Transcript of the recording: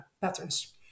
patterns